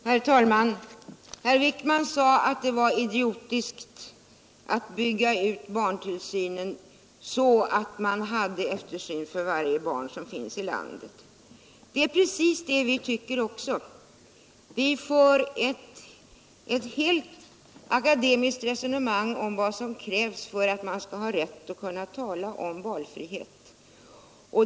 Herr talman! Herr Wijkman sade att det var idiotiskt att bygga ut barntillsynen så att alla barn i landet skulle kunna få del av den. Det är precis vad vi tycker. Vi för ett akademiskt resonemang om vad som krävs för att man skall ha rätt att tala om valfrihet.